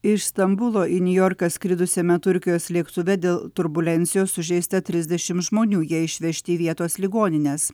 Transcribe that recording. iš stambulo į niujorką skridusiame turkijos lėktuve dėl turbulencijos sužeista trisdešim žmonių jie išvežti į vietos ligonines